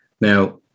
Now